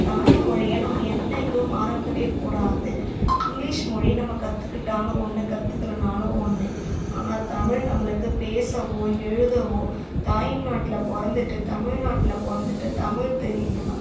தமிழ்மொழியை நம்ம என்றைக்கும் மறக்கவே கூடாது இங்கிலீஷ் மொழி நம்ம கற்றுக்கிட்டாலும் ஒன்று கத்துக்கலனாலும் ஒன்று ஆனால் தமிழ் நம்மளுக்கு பேசவோ எழுதவோ தாய்நாட்டில் பிறந்துட்டு தமிழ்நாட்டில் பிறந்துட்டு தமிழ் தெரியலனா